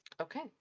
Okay